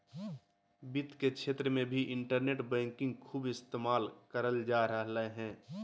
वित्त के क्षेत्र मे भी इन्टरनेट बैंकिंग खूब इस्तेमाल करल जा रहलय हें